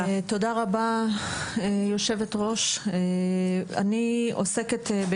ערביי ארץ-ישראל ולמדו איתנו ביחד,